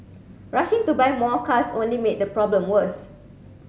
rushing to buy more cars only made the problem worse